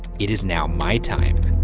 it is now my time.